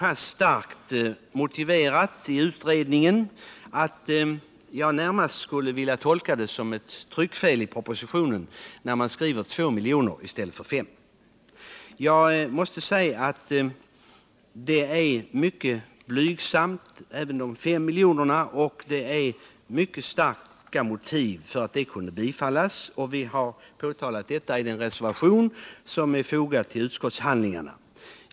Kravet är så starkt motiverat i utredningen att jag närmast vill tolka det som ett tryckfel när det i propositionen står 2 miljoner i stället för 5. Kravet på 5 miljoner är mycket blygsamt, och det fanns mycket starka motiv för ett bifall. Vi har påtalat detta i en reservation som har fogats till utskottsbetänkandet.